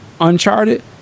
Uncharted